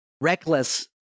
reckless